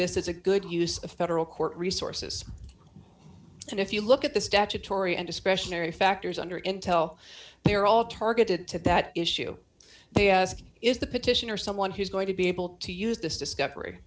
this is a good use of federal court resources and if you look at the statutory and discretionary factors under intel they are all targeted to that issue they ask is the petitioner someone who's going to be able to use this discovery